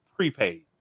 Prepaid